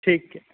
ਠੀਕ ਹੈ